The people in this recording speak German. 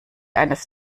eines